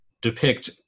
depict